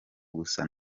gusa